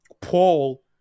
Paul